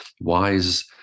Wise